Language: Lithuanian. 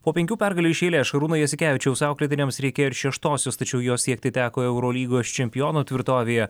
po penkių pergalių iš eilės šarūno jasikevičiaus auklėtiniams reikėjo ir šeštosios tačiau jos siekti teko eurolygos čempionų tvirtovėje